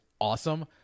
awesome